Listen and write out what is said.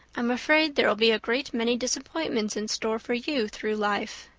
i'm afraid there'll be a great many disappointments in store for you through life.